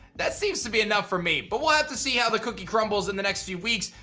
that seems to be enough for me. but, we'll have to see how the cookie crumbles in the next few weeks.